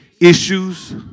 issues